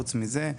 חוץ מזה,